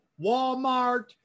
Walmart